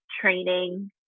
training